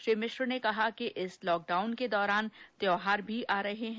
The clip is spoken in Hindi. श्री मिश्र ने कहा कि इस लॉक डाउन के दौरान त्यौहार भी आ रहे हैं